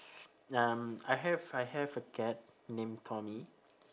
um I have I have a cat named tommy